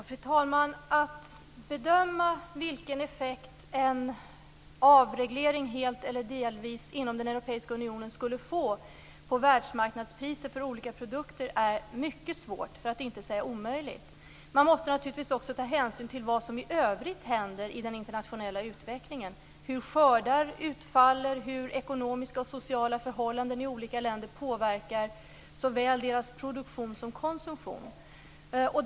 Fru talman! Att bedöma vilken effekt en avreglering helt eller delvis inom den europeiska unionen skulle få på världsmarknadspriser för olika produkter är mycket svårt, för att inte säga omöjligt. Man måste naturligtvis också ta hänsyn till vad som i övrigt händer i den internationella utvecklingen, hur skördar utfaller och hur ekonomiska och sociala förhållanden i olika länder påverkar såväl deras produktion som deras konsumtion.